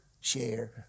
share